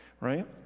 right